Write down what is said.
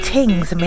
Tings